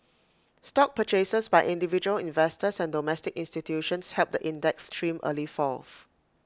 stock purchases by individual investors and domestic institutions helped the index trim early falls